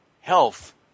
Health